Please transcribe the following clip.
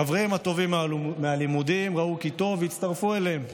החברים הטובים מהלימודים ראו כי טוב והצטרפו אליהם.